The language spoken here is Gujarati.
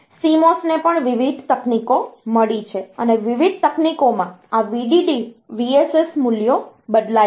અને CMOS ને પણ વિવિધ તકનીકો મળી છે અને વિવિધ તકનીકોમાં આ VDD VSS મૂલ્યો બદલાય છે